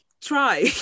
try